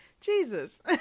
jesus